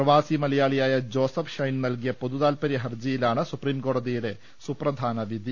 പ്രവാസി മലയാളിയായ ജോസഫ് ഷൈൻ നൽകിയ പൊതുതാൽപ്പര്യഹർജിയിലാണ് സുപ്രീംകോടതിയുടെ സുപ്രധാനവിധി